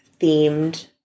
themed